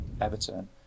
Everton